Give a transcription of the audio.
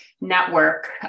Network